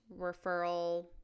referral